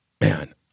man